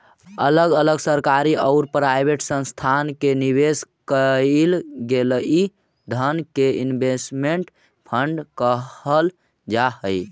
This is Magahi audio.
अलग अलग सरकारी औउर प्राइवेट संस्थान में निवेश कईल गेलई धन के इन्वेस्टमेंट फंड कहल जा हई